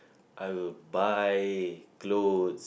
I would buy clothes